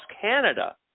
Canada